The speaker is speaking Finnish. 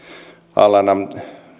alana